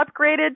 upgraded